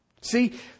See